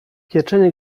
pieczenie